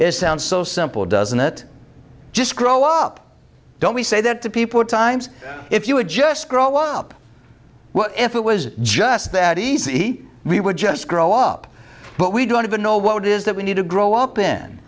is sounds so simple doesn't it just grow up don't we say that to people at times if you would just grow up what if it was just that easy we would just grow up but we don't even know what it is that we need to grow up in